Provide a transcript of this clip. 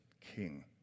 king